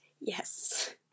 Yes